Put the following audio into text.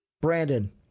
Brandon